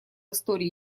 истории